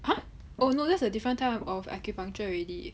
!huh! oh no that's a different type of acupuncture already